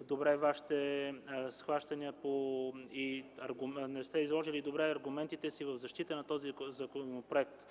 въпроса. Казаха, че не сте изложили добре аргументите си в защита на този законопроект.